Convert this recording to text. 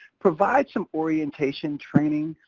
provide some orientation training.